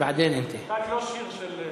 חבר הכנסת דב חנין,